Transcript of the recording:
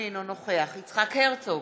אינו נוכח יצחק הרצוג,